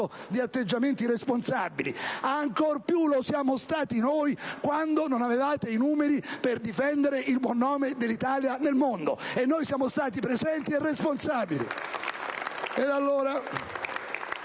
di atteggiamenti responsabili. Ancor più lo siamo stati noi, quando non avevate i numeri per difendere il buon nome dell'Italia nel mondo; e noi siamo stati presenti e responsabili!